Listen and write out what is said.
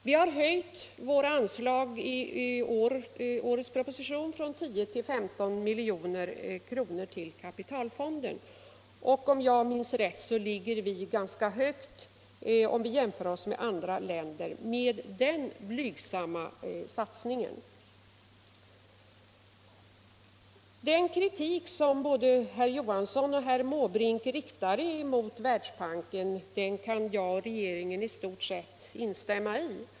Vi har höjt våra anslag i årets proposition från 10 till 15 miljoner till kapitalfonden, och om jag minns rätt ligger vi med den blygsamma satsningen ganska högt, om vi jämför oss med andra länder. Den kritik som både herr Johansson och herr Måbrink riktade mot Världsbanken kan jag och regeringen i stort sett instämma i.